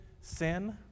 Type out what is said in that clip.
sin